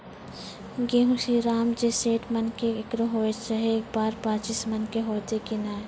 गेहूँ श्रीराम जे सैठ मन के एकरऽ होय रहे ई बार पचीस मन के होते कि नेय?